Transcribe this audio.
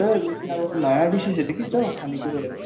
चाहिँ अब नयाँ डिसेसहरू के छ हौ खाने कुराहरू